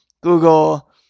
Google